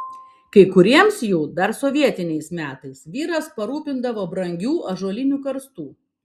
kai kuriems jų dar sovietiniais metais vyras parūpindavo brangių ąžuolinių karstų